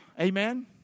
Amen